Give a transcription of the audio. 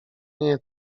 nie